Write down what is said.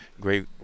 great